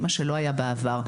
מה שלא היה בעבר.